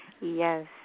Yes